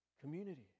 Community